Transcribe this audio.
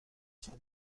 شده